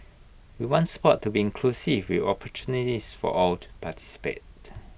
we want Sport to be inclusive with opportunities for all to participate